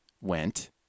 went